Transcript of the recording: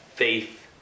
Faith